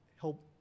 help